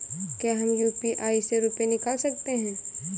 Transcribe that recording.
क्या हम यू.पी.आई से रुपये निकाल सकते हैं?